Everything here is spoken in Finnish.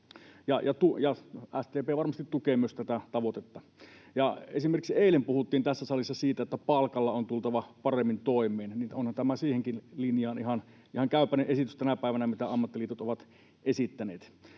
SDP varmasti tukee tätä tavoitetta. Kun esimerkiksi eilen puhuttiin tässä salissa siitä, että palkalla on tultava paremmin toimeen, niin onhan tämä siihenkin linjaan tänä päivänä ihan käypäinen esitys, mitä ammattiliitot ovat esittäneet.